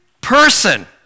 person